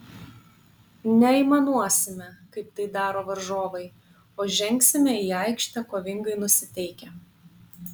neaimanuosime kaip tai daro varžovai o žengsime į aikštę kovingai nusiteikę